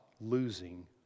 losing